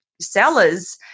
sellers